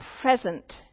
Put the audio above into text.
present